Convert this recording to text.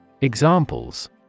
Examples